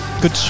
good